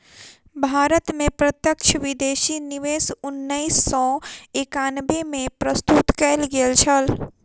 भारत में प्रत्यक्ष विदेशी निवेश उन्नैस सौ एकानबे में प्रस्तुत कयल गेल छल